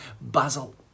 Basil